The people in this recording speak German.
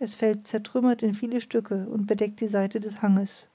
es fällt zertrümmert in viele stücke und bedeckt die seite des hanges